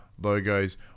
logos